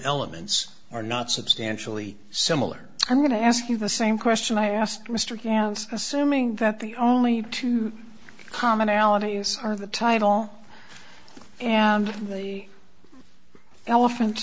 elements are not substantially similar i'm going to ask you the same question i asked mr gans assuming that the only two commonalities are the title and the elephant